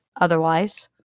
otherwise